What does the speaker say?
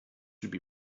should